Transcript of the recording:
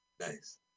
Nice